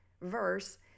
verse